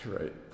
Right